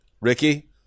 Ricky